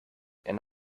and